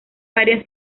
varias